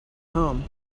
home